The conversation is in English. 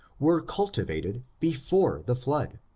were cultivated before the flood.